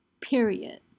period